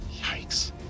Yikes